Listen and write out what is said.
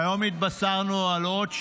והיום התבשרנו על עוד שניים,